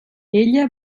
ella